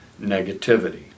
negativity